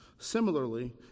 Similarly